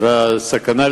את משכורותיהם?